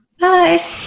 Bye